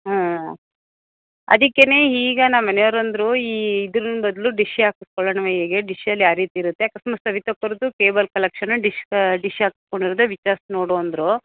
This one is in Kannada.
ಹಾಂ ಅದಿಕ್ಕೇ ಈಗ ನಮ್ಮ ಮನೆಯವ್ರು ಅಂದರು ಈ ಇದ್ರ ಬದಲು ಡಿಶ್ಶೇ ಹಾಕಸ್ಕೊಳ್ಳೋಣ್ವ ಹೇಗೆ ಡಿಶ್ಶಲ್ಲಿ ಯಾವ ರೀತಿ ಇರುತ್ತೆ ಅಕಸ್ಮಾತ್ ಸವಿತಾ ಅಕ್ಕೋವ್ರ್ದು ಕೇಬಲ್ ಕಲೆಕ್ಷನಾ ಡಿಶ್ ಡಿಶ್ ಹಾಕ್ಸ್ಕೊಂಡಿರೋದಾ ವಿಚಾರ್ಸಿ ನೋಡು ಅಂದರು